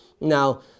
Now